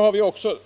Det gör också att